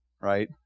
right